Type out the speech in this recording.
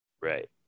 Right